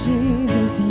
Jesus